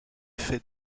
fait